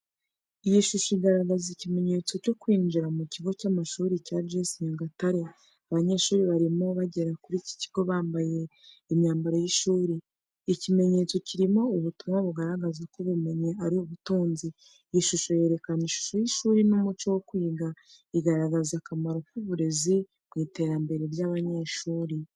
Iyi shusho igaragaza ikimenyetso cyo kwinjira mu kigo cy’amashuri cya GS Nyagatare. Abanyeshuri barimo bagera kuri iki kigo bambaye imyambaro y’ishuri. Ikimenyetso kirimo ubutumwa bugaragaza ko "Ubumenyi ari ubutunzi." Iyi shusho yerekana ishusho y’ishuri n’umuco wo kwiga. Igaragaza akamaro k’uburezi mu iterambere ry'abanyeshuri.